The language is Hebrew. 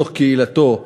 בתוך קהילתו.